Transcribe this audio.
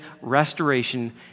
restoration